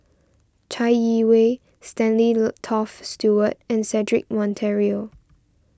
Chai Yee Wei Stanley Toft Stewart and Cedric Monteiro